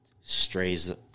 strays